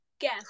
Guess